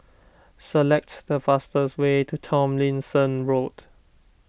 select the fastest way to Tomlinson Road